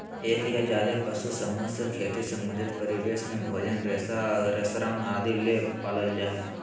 एक या ज्यादे पशु समूह से खेती संबंधित परिवेश में भोजन, रेशा, श्रम आदि ले पालल जा हई